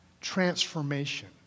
transformation